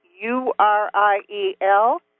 U-R-I-E-L